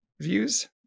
views